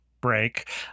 break